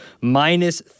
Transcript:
minus